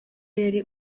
yari